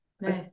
Nice